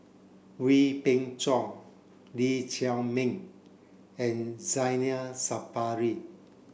Wee Beng Chong Lee Chiaw Meng and Zainal Sapari